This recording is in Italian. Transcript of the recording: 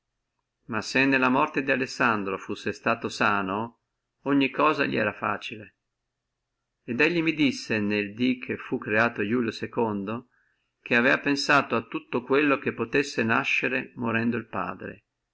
ma se nella morte di alessandro fussi stato sano ogni cosa li era facile e lui mi disse ne dí che fu creato ulio che aveva pensato a ciò che potessi nascere morendo el padre